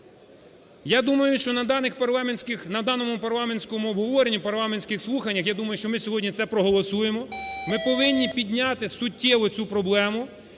Я думаю, що на даному парламентському обговоренні, парламентських слуханнях, я думаю, що ми сьогодні це проголосуємо, ми повинні підняти суттєво цю проблему,